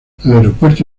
aeropuerto